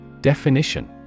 Definition